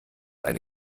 eine